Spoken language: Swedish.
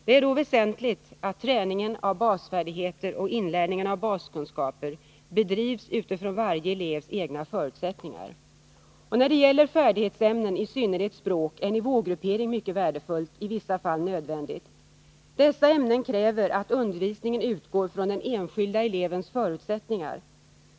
Det är då väsentligt att träningen av basfärdigheter och inlärningen av baskunskaper bedrivs utifrån varje elevs egna förutsättningar. När det gäller färdighetsämnen — i synnerhet språk — är nivågruppering mycket värdefullt, i vissa fall nödvändigt. Dessa ämnen kräver att undervisningen utgår från den enskilda elevens förutsättningar.